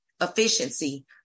efficiency